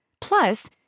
Plus